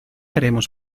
haremos